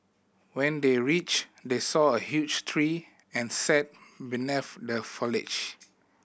when they reached they saw a huge tree and sat beneath the foliage